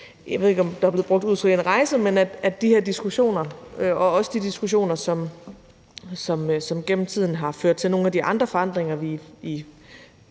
jeg ved ikke, om det udtryk er blevet brugt – en rejse, altså der har været de her diskussioner og også de diskussioner, som gennem tiden har ført til nogle af de andre forandringer i folks